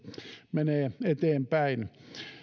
menee eteenpäin